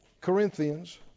Corinthians